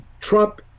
Trump